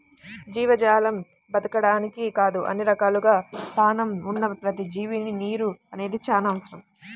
జీవజాలం బతకడానికే కాదు అన్ని రకాలుగా పేణం ఉన్న ప్రతి జీవికి నీరు అనేది చానా అవసరం